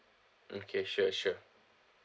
okay sure sure